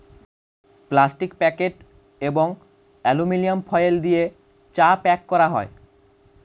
plastic packet এবং aluminium foil দিয়ে চা প্যাক করা হয়